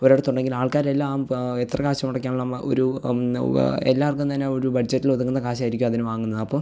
അവരുടെയടുത്തുണ്ടെങ്കിലാൾക്കാരെല്ലാം എത്ര കാശ് മുടക്കിയാലും നമ്മളാ ഒരു എന്നാ ഉവ്വ് എല്ലാവർക്കും തന്നെ ഒരു ബഡ്ജറ്റിലൊതുങ്ങുന്ന കാശായിരിക്കും അതിന് വാങ്ങുന്നത് അപ്പോൾ